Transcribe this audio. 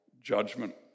judgment